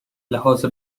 لحاظ